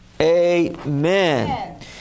amen